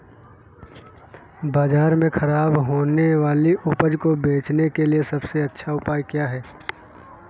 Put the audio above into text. बाजार में खराब होने वाली उपज को बेचने के लिए सबसे अच्छा उपाय क्या है?